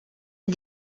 est